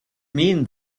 mean